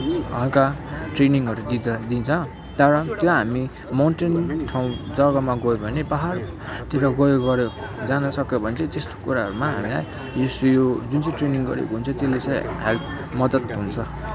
हल्का ट्रेनिङहरू दिद दिन्छ त्यहाँबाट त्यो हामी माउन्टेन ठाउँ जग्गामा गयो भने पाहाडतिर गयो गऱ्यो जान सक्यो भने चाहिँ त्यस्तो कुराहरूमा हामीलाई यस्तो यो जुन चाहिँ ट्रेनिङ गरेको हुन्छ त्यसले चाहिँ हेल्प मद्दत हुन्छ